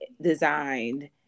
designed